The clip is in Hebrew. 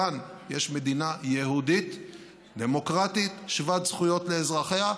כאן יש מדינה יהודית-דמוקרטית שוות זכויות לאזרחיה,